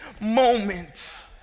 moment